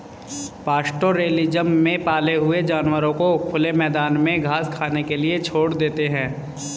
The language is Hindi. पास्टोरैलिज्म में पाले हुए जानवरों को खुले मैदान में घास खाने के लिए छोड़ देते है